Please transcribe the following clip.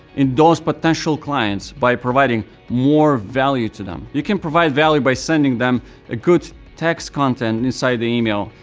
in those potential clients, by providing more value to them. you can provide value by sending them ah good text content inside the email.